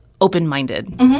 open-minded